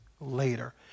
later